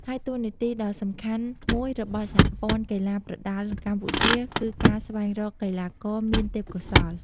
ហើយតួនាទីដ៏សំខាន់មួយរបស់សហព័ន្ធកីឡាប្រដាល់កម្ពុជា គឺការស្វែងរកកីឡាករមានទេពកោសល្យ។